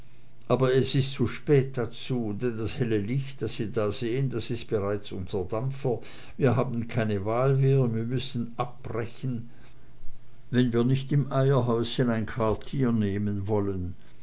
aber es ist zu spät dazu denn das helle licht das sie da sehen das ist bereits unser dampfer wir haben keine wahl mehr wir müssen abbrechen wenn wir nicht im eierhäuschen ein nachtquartier nehmen wollen